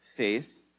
faith